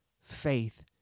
faith